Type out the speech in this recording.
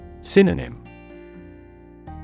Synonym